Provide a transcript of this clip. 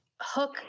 Hook